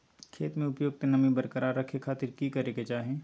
खेत में उपयुक्त नमी बरकरार रखे खातिर की करे के चाही?